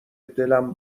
دلم